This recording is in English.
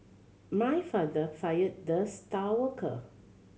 my father fired the star worker